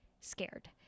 scared